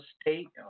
state